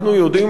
אנחנו יודעים,